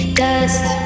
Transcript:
dust